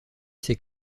ses